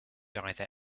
either